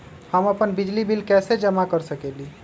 हम अपन बिजली बिल कैसे जमा कर सकेली?